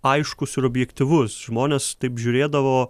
aiškusir objektyvus žmonės taip žiūrėdavo